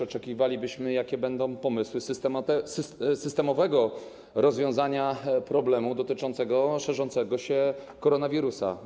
Oczekiwalibyśmy też, jakie będą pomysły systemowego rozwiązania problemu dotyczącego szerzącego się koronawirusa.